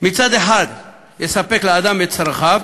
מצד אחד לספק לאדם את צרכיו,